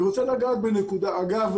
אגב,